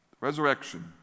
Resurrection